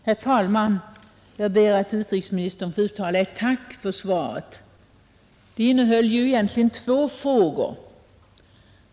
Herr talman! Jag ber att till utrikesministern få uttala ett tack för svaret. Min fråga var egentligen indelad i två.